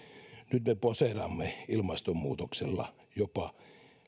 nyt me poseeraamme ilmastonmuutoksella jopa